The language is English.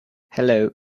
hello